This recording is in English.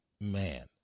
Man